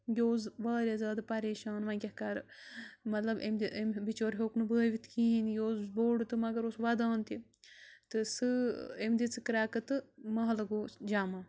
یہِ اوس واریاہ زیادٕ پَریشان ونۍ کیٚاہ کَرٕ مطلب أمۍ دِ أمۍ بِچور ہیوٚکھ نہٕ بٲوِتھ کِہیٖنۍ یہِ اوس بوٚڑ تہٕ مگر اوس وَدان تہِ تہٕ سٕہ أمۍ دِژٕ کرٛٮ۪کہٕ تہٕ محلہٕ گوٚو جمع